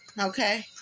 Okay